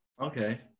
okay